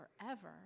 forever